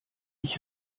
ich